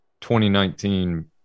2019